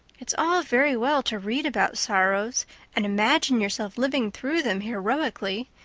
it's all very well to read about sorrows and imagine yourself living through them heroically,